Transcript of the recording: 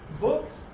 Books